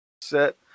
set